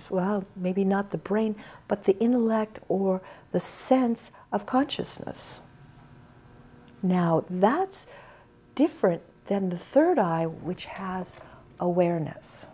s well maybe not the brain but the intellect or the sense of consciousness now that's different then the third eye which has awareness